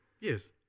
Yes